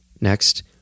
next